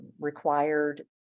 required